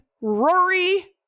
Rory